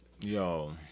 Yo